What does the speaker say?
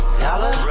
dollar